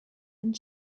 and